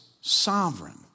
sovereign